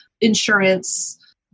insurance